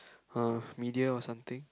uh media or something